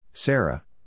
Sarah